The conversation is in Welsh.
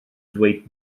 ddweud